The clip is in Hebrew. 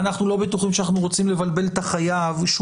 אנחנו לא בטוחים שאנחנו רוצים לבלבל את החייב שהוא